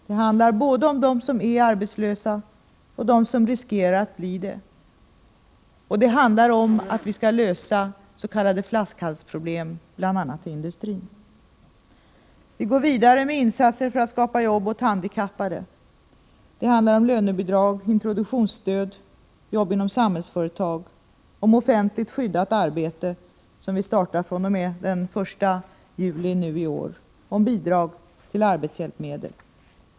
Det handlar både om dem som är arbetslösa och dem som riskerar att bli det — och det gäller att lösa s.k. flaskhalsproblem, bl.a. i industrin. Vi går vidare med insatser för att skapa jobb åt handikappade. Det handlar om lönebidrag, introduktionsstöd, jobb inom Samhällsföretag, offentligt skyddat arbete — som vi startar fr.o.m. den 1 juli i år — och om bidrag till arbetshjälpmedel.